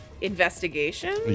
Investigation